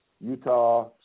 Utah